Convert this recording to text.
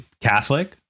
Catholic